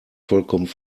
vollkommen